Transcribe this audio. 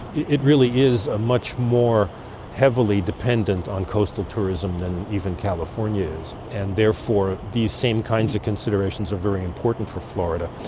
it really is ah much more heavily dependent on coastal tourism than even california and therefore these same kinds of considerations are very important for florida,